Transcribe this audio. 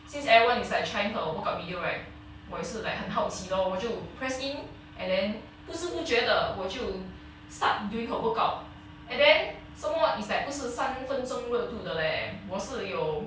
since everyone is like trying her workout video right 我也是 like 很好奇 lor 我就 press in and then 不知不觉地我就 start doing her workout and then some more it's like 不是三分钟热度的 leh 我是有